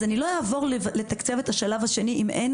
לא אעבור לתקצב את השלב השני אם אין